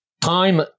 Time